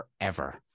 forever